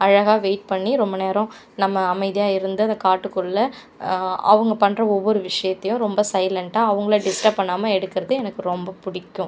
அழகாக வெயிட் பண்ணி ரொம்ப நேரம் நம்ப நம்ம அமைதியாக இருந்து அந்த காட்டுக்குள்ளே அவங்க பண்ணுற ஒவ்வொரு விஷயத்தையும் ரொம்ப சைலன்டாக அவங்களை டிஸ்டர்ப் பண்ணாமல் எடுக்கறது எனக்கு ரொம்ப பிடிக்கும்